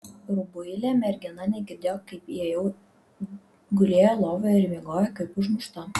rubuilė mergina negirdėjo kaip įėjau gulėjo lovoje ir miegojo kaip užmušta